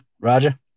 Roger